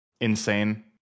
insane